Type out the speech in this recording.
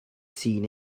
seen